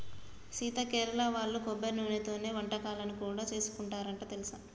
సీత కేరళ వాళ్ళు కొబ్బరి నూనెతోనే వంటకాలను కూడా సేసుకుంటారంట తెలుసా